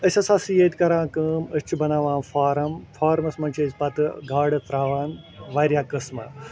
أسۍ ہسا چھِ ییٚتہِ کران کٲم أسۍ چھِ بَناوان فارَم فارمَس منٛز چھِ أسۍ پَتہٕ گاڈٕ ترٛاوان واریاہ قٕسمہٕ